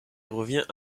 revient